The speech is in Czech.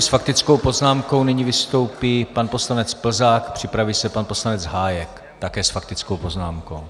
S faktickou poznámkou nyní vystoupí pan poslanec Plzák, připraví se pan poslanec Hájek, také s faktickou poznámkou.